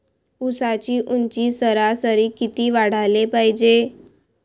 ऊसाची ऊंची सरासरी किती वाढाले पायजे?